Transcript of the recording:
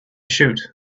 shoot